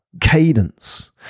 cadence